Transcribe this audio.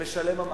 למשלם המס.